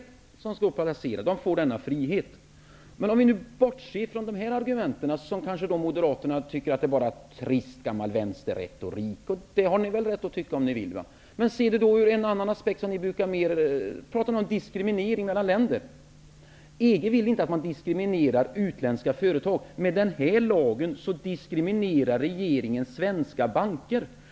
De som skall placera de pengarna får denna frihet. Om vi nu bortser från de här argumenten, som Moderaterna kanske tycker är bara trist gammal vänsterretorik -- det har de rätt att tycka om de vill -- kan vi se detta ur en annan aspekt. Man brukar prata om diskriminering mellan länder. EG vill inte att utländska företag skall diskrimineras. Med den här lagen diskriminerar regeringen svenska banker.